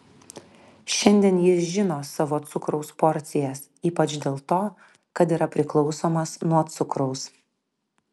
šiandien jis žino savo cukraus porcijas ypač dėl to kad yra priklausomas nuo cukraus